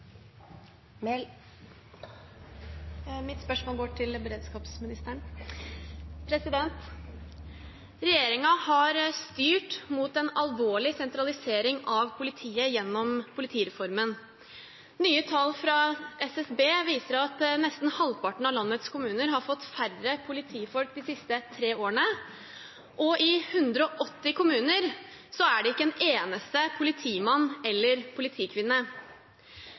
Mitt spørsmål går til beredskapsministeren. Regjeringen har styrt mot en alvorlig sentralisering av politiet gjennom politireformen. Nye tall fra SSB viser at nesten halvparten av landets kommuner har fått færre politifolk de siste tre årene, og i 180 kommuner er det ikke en eneste politimann eller politikvinne.